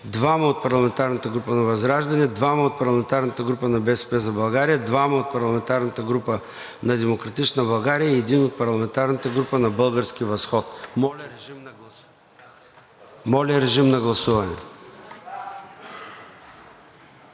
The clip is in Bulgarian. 2 от парламентарната група на ВЪЗРАЖДАНЕ, 2 от парламентарната група на „БСП за България“, 2 от парламентарната група на „Демократична България“ и 1 от парламентарната група на „Български възход“. Моля, режим на гласуване.